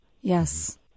Yes